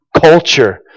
culture